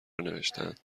نوشتهاند